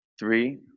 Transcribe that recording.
Three